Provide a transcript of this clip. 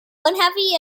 unhappy